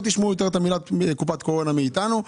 לא תשמעו יותר קופת קורונה מאתנו.